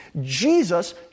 Jesus